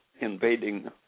invading